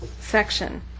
section